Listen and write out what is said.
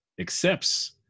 accepts